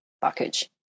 package